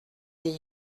des